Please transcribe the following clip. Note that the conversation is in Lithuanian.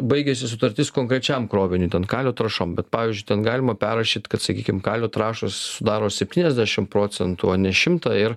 baigiasi sutartis konkrečiam kroviniui ten kalio trąšom bet pavyzdžiui ten galima perrašyt kad sakykim kalio trąšos sudaro septyniasdešim procentų o ne šimtą ir